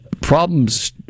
problems